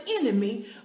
enemy